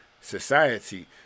society